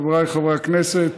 חבריי חברי הכנסת,